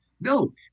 No